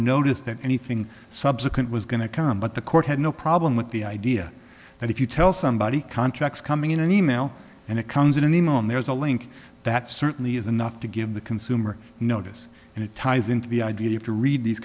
notice that anything subsequent was going to come but the court had no problem with the idea that if you tell somebody contracts coming in an e mail and it comes in an e mail and there's a link that certainly is enough to give the consumer notice and it ties into the idea of to read these